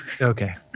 Okay